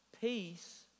Peace